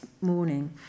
morning